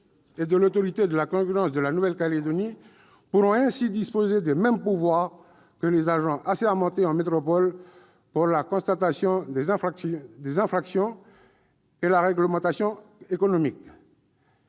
et de l'Autorité de la concurrence de la Nouvelle-Calédonie pourront ainsi disposer des mêmes pouvoirs que les agents assermentés en métropole pour la constatation des infractions à la réglementation économique.